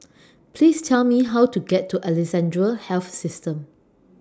Please Tell Me How to get to Alexandra Health System